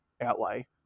outlay